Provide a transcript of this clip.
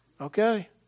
okay